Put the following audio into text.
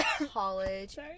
college